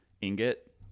ingot